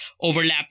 overlap